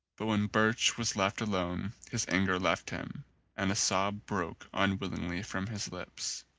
but when birch was left alone his anger left him and a sob broke unwillingly from his lips.